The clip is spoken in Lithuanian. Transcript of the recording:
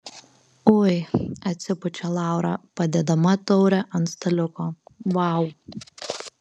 ui atsipučia laura padėdama taurę ant staliuko vau